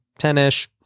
10-ish